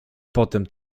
potem